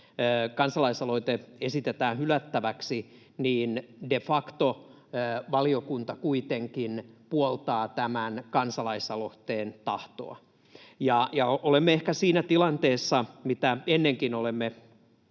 kansalaisaloite esitetään hylättäväksi, niin de facto valiokunta kuitenkin puoltaa tämän kansalaisaloitteen tahtoa. Olemme ehkä siinä tilanteessa, mistä ennenkin olemme